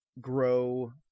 grow